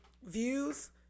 views